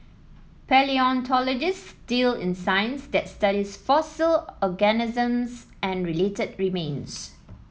palaeontologists deal in science that studies fossil organisms and related remains